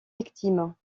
victimes